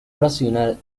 racional